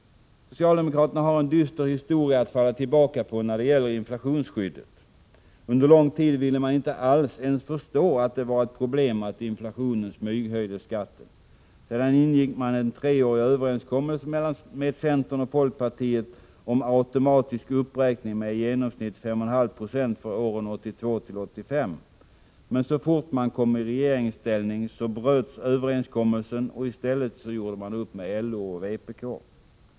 Socialdemokraterna har en dyster historia att falla tillbaka på när det gäller inflationsskyddet. Under lång tid ville man inte alls ens förstå att det var ett problem att inflationen smyghöjde skatten. Sedan ingick man en treårig överenskommelse med centern och folkpartiet om automatisk uppräkning med i genomsnitt 5,5 26 för åren 1982-1985. Men så fort man kom i regeringsställning bröts överenskommelsen, och i stället gjorde man upp med LO och vpk.